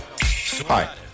Hi